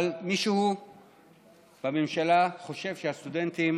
אבל מישהו בממשלה חושב שהסטודנטים